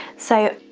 so,